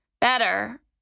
Better